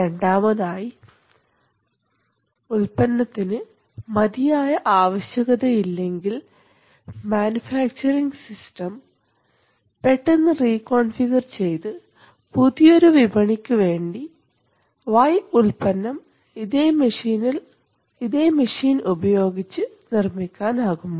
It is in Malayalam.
രണ്ടാമതായി ഉൽപ്പന്നത്തിന് മതിയായ ആവശ്യകത ഇല്ലെങ്കിൽ മാനുഫാക്ചറിംഗ് സിസ്റ്റം പെട്ടെന്ന് റീകോൺഫിഗർ ചെയ്തു പുതിയൊരു വിപണിക്ക് വേണ്ടി Y ഉൽപ്പന്നം ഇതേ മെഷീൻ ഉപയോഗിച്ച് നിർമ്മിക്കാൻ ആകുമോ